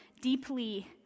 deeply